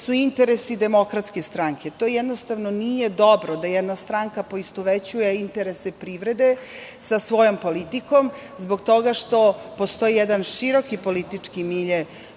su interesi DS. To jednostavno nije dobro da jedna stranka poistovećuje interese privrede sa svojom politikom zbog toga što postoji jedan široki politički milje